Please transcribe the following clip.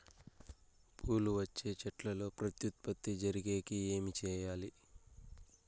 పూలు వచ్చే చెట్లల్లో ప్రత్యుత్పత్తి జరిగేకి ఏమి చేయాలి?